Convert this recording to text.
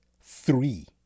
three